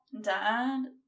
Dad